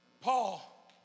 Paul